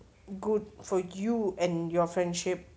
good for you and your friendship